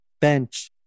Bench